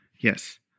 Yes